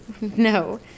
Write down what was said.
No